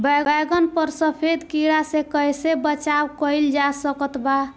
बैगन पर सफेद कीड़ा से कैसे बचाव कैल जा सकत बा?